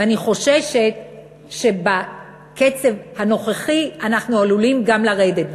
ואני חוששת שבקצב הנוכחי אנחנו עלולים גם לרדת.